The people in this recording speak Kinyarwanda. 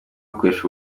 akoresha